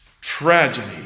Tragedy